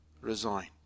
resign